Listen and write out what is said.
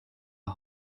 are